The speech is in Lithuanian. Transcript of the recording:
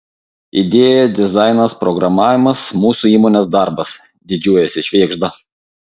idėja dizainas programavimas mūsų įmonės darbas didžiuojasi švėgžda